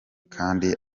kandi